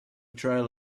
trail